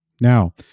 Now